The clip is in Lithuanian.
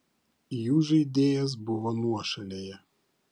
jų žaidėjas buvo nuošalėje